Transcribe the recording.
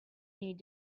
need